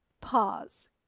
Pause